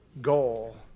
goal